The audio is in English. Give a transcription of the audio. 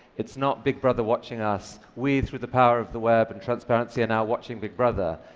it's not big brother watching us. we, through the power of the web, and transparency, are now watching big brother.